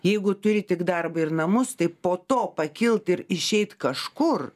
jeigu turi tik darbą ir namus tai po to pakilt ir išeit kažkur